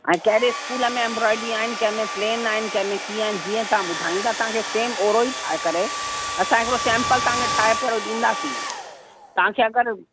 हाणे कहिड़े school embroidery आहिनि कंहिं में प्लेन आहिनि कंहिं में कीअं आहिनि जीअं तव्हां ॿुधाईंदा तव्हां खे सेम ओड़ो ई ठाहे करे असां हिकिड़ो सैम्पल तव्हां खे ठाहे पहिरियों ॾींदासीं तव्हां खे अगरि